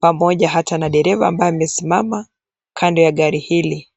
pamoja hata na dereva ambaye amesimama kando na gari hili.